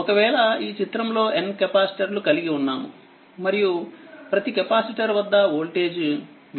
ఒకవేళఈచిత్రంలోn కెపాసిటర్లుకలిగి ఉన్నాము మరియు ప్రతి కెపాసిటర్ వద్ద వోల్టేజ్ v1v2v3